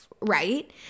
Right